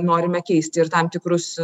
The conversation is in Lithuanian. norime keisti ir tam tikrus